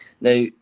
Now